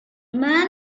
man